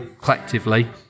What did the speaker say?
collectively